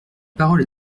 parole